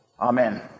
Amen